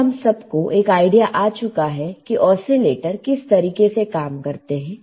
अब हम सब को एक आईडिया आ चुका है कि ओसीलेटर किस तरीके से काम करते हैं